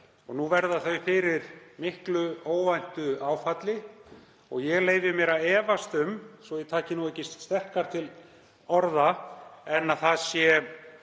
Nú verða þau fyrir miklu óvæntu áfalli og ég leyfi mér að efast um, svo ég taki ekki sterkar til orða, að nóg sé